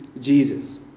Jesus